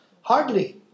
Hardly